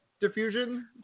diffusion